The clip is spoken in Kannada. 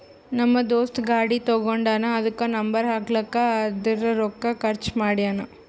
ನಮ್ ದೋಸ್ತ ಗಾಡಿ ತಗೊಂಡಾನ್ ಅದುಕ್ಕ ನಂಬರ್ ಹಾಕ್ಲಕ್ಕೆ ಅರ್ದಾ ರೊಕ್ಕಾ ಖರ್ಚ್ ಮಾಡ್ಯಾನ್